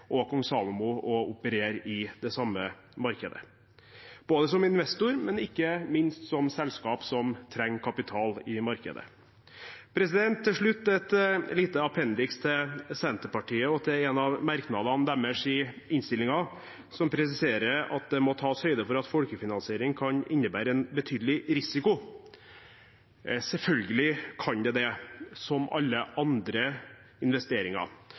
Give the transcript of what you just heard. Kong Salomo å operere i det samme markedet – både som investor og ikke minst som selskap som trenger kapital i markedet. Til slutt et lite appendiks til Senterpartiet og til en av merknadene deres i innstillingen, som presiserer at det må tas høyde for at folkefinansiering kan innebære en betydelig risiko. Selvfølgelig kan det det, som alle andre investeringer.